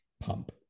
pump